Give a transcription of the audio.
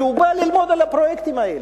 והוא בא ללמוד על הפרויקטים האלה,